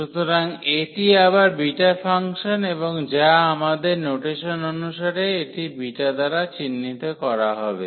সুতরাং এটি আবার বিটা ফাংশন এবং যা আমাদের নোটেসন অনুসারে এটি বিটা দ্বারা চিহ্নিত করা হবে